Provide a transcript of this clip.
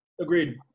Agreed